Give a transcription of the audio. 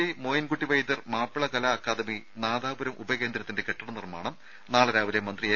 ദരദ മഹാകവി മോയിൻകുട്ടി വൈദ്യർ മാപ്പിള കലാ അക്കാദമി നാദാപുരം ഉപകേന്ദ്രത്തിന്റെ കെട്ടിട നിർമ്മാണം നാളെ രാവിലെ മന്ത്രി എ